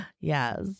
Yes